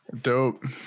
Dope